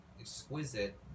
exquisite